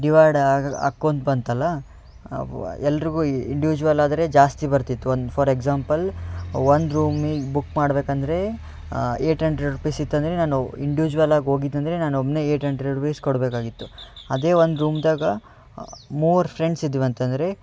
divide ಆಗಿ ಆಕೊತ್ ಬಂತಲ್ಲ ವ್ ಎಲ್ಲರಿಗೂ ಇಂಡಿವ್ಶುವಲ್ ಆದರೆ ಜಾಸ್ತಿ ಬರ್ತಿತ್ತು ಒಂದು ಫಾರ್ ಎಕ್ಸಾಂಪಲ್ ಒಂದು ರೂಮಿಗೆ ಬುಕ್ ಮಾಡಬೇಕಂದ್ರೆ ಏಯ್ಟ್ ಅಂಡ್ರೆಡ್ ರುಪಿಸ್ ಇತ್ತಂದರೆ ನಾನು ಇಂಡಿವ್ಶುವಲ್ ಆಗಿ ಹೋಗಿದ್ನಂದ್ರೆ ನಾನು ಒಬ್ಬನೇ ಏಯ್ಟ್ ಅಂಡ್ರೆಡ್ ರುಪಿಸ್ ಕೊಡಬೇಕಾಗಿತ್ತು ಅದೇ ಒಂದು ರೂಮ್ದಾಗ ಮೂವರು ಫ್ರೆಂಡ್ಸ್ ಇದ್ವು ಅಂತಂದರೆ